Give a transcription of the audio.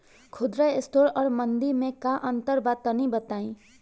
खुदरा स्टोर और मंडी में का अंतर बा तनी बताई?